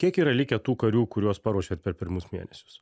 kiek yra likę tų karių kuriuos paruošėt per pirmus mėnesius